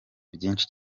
byinshi